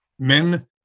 men